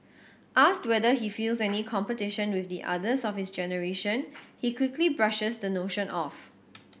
asked whether he feels any competition with the others of his generation he quickly brushes the notion off